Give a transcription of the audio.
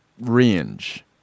range